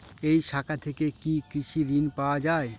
এই শাখা থেকে কি কৃষি ঋণ পাওয়া যায়?